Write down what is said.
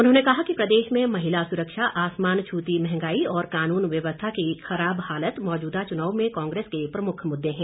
उन्होंने कहा कि प्रदेश में महिला सुरक्षा आसमान छूती महंगाई और कानून व्यवस्था की खराब हालत मौजूदा चुनाव में कांग्रेस के प्रमुख मुद्दे हैं